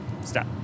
Stop